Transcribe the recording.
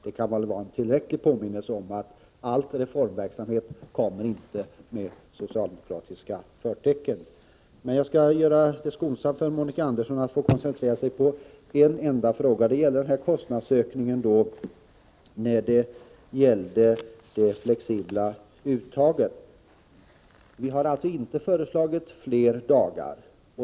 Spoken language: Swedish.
Det kan vara tillräckligt som en påminnelse om att all reformverksamhet inte har socialdemokratiska förtecken. Jag skall vara skonsam mot Monica Andersson och låta henne få koncentrera sig på en enda fråga. Det gäller kostnadsökningen till följd av det flexibla uttaget. Vi har alltså inte föreslagit fler dagar.